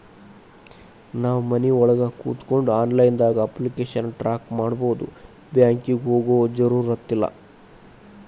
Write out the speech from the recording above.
ನಾವು ಮನಿಒಳಗ ಕೋತ್ಕೊಂಡು ಆನ್ಲೈದಾಗ ಅಪ್ಲಿಕೆಶನ್ ಟ್ರಾಕ್ ಮಾಡ್ಬೊದು ಬ್ಯಾಂಕಿಗೆ ಹೋಗೊ ಜರುರತಿಲ್ಲಾ